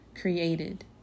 created